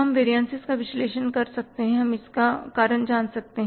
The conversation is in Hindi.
हम वेरियनसिस का विश्लेषण कर सकते हैं हम इसका कारण जान सकते हैं